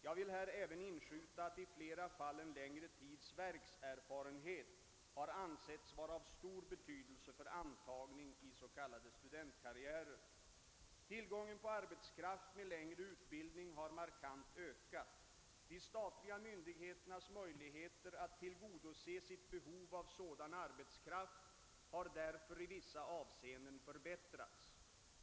Jag vill här även inskjuta att i flera fall en längre tids verkserfarenhet har ansetts vara av stor betydelse för antagning i s.k. studentkarriärer. Tillgången på arbetskraft med längre utbildning har markant ökat. De statliga myndigheternas möjligheter att tillgodose sitt behov av sådan arbetskraft har därför i vissa avseenden förbättrats.